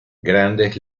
grandes